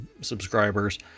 subscribers